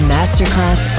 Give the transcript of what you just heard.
Masterclass